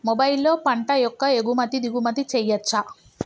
మొబైల్లో పంట యొక్క ఎగుమతి దిగుమతి చెయ్యచ్చా?